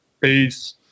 Peace